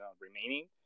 remaining